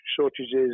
shortages